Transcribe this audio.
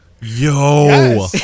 Yo